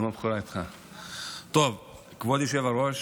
כבוד היושב-ראש,